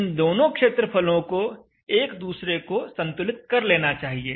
इन दोनों क्षेत्रफलों को एक दूसरे को संतुलित कर लेना चाहिए